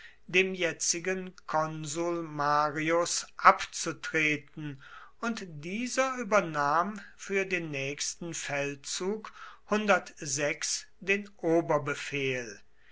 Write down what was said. dem jetzigen konsul marius abzutreten und dieser übernahm für den nächsten feldzug den